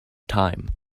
time